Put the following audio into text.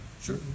Sure